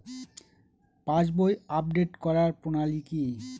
পাসবই update করার প্রণালী কি?